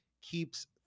keeps